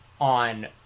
on